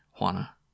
Juana